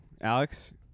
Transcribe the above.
Alex